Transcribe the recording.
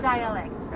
Dialect